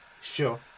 Sure